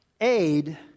Aid